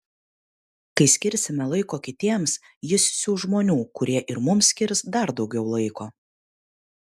kai skirsime laiko kitiems jis siųs žmonių kurie ir mums skirs dar daugiau laiko